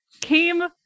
came